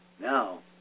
Now